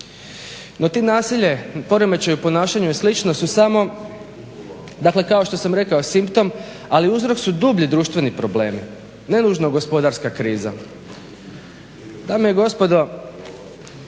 No to nasilje, poremećaji u ponašanju i slično su samo dakle kao što sam rekao simptom, ali uzrok su dublji društveni problemi. Ne nužno gospodarska kriza. Dame i gospodo